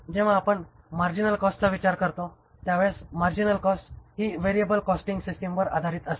जेव्हा आपण मार्जिनल कॉस्टचा विचार करतो तेव्हा मार्जिनल कॉस्ट ही व्हेरिएबल कॉस्टिंग सिस्टिमवर आधारित असते